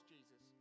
Jesus